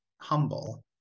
humble